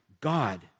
God